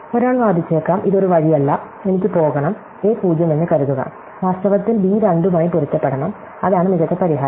ഒരാൾ വാദിച്ചേക്കാം ഇത് ഒരു വഴിയല്ല എനിക്ക് പോകണം a 0 എന്ന് കരുതുക വാസ്തവത്തിൽ ബി 2 മായി പൊരുത്തപ്പെടണം അതാണ് മികച്ച പരിഹാരം